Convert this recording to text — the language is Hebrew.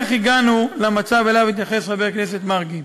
איך הגענו למצב שאליו התייחס חבר הכנסת מרגי?